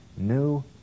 new